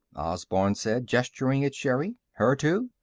osborne said, gesturing at sherri. her too?